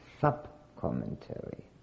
sub-commentary